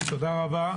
תודה רבה.